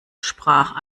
sprach